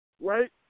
right